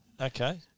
Okay